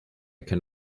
can